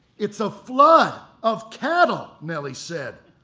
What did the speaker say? it's a flood of cattle, nelly said.